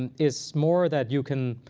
and is more that you can